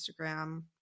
Instagram